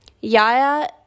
yaya